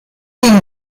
den